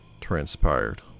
transpired